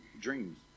dreams